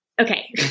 okay